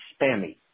spammy